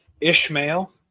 Ishmael